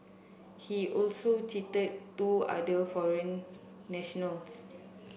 he also cheated two other foreign nationals